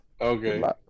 Okay